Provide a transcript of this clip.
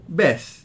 best